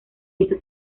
hizo